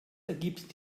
ergibt